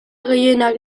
gehienak